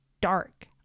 dark